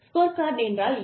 scorecard என்றால் என்ன